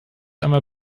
einmal